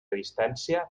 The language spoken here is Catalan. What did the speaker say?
distància